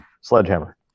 sledgehammer